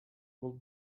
will